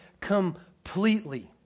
completely